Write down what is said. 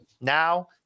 Now